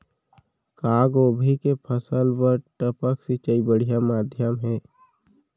का गोभी के फसल बर टपक सिंचाई बढ़िया माधयम हे?